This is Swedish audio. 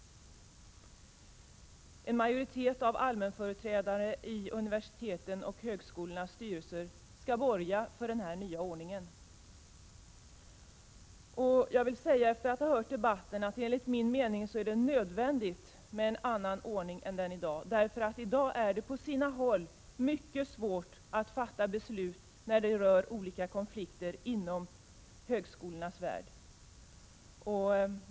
En majoritet av allmänföreträdare i universitetens och högskolornas styrelser skall borga för denna nya ordning. Jag vill säga, efter att ha hört debatten, att det enligt min mening är nödvändigt med en annan ordning än den som vi har i dag. I dag är det på sina håll mycket svårt att fatta beslut vid konflikter inom högskolornas värld.